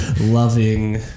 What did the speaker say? loving